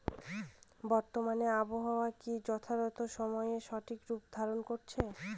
বর্তমানে আবহাওয়া কি যথাযথ সময়ে সঠিক রূপ ধারণ করছে?